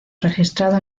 registrado